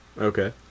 okay